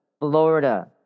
Florida